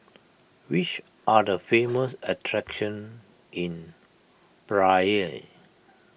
which are the famous attractions in Praia